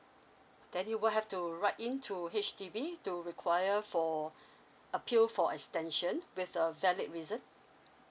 then you will have to write in to H_D_B to require for appeal for extension with a valid reason